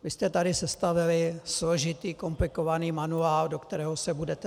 Vy jste tady sestavili složitý, komplikovaný manuál, do kterého se budete zamotávat.